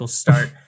start